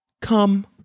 come